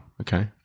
okay